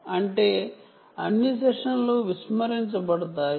అంటే అన్ని సెషన్లు విస్మరించబడతాయి